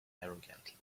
arrogantly